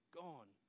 gone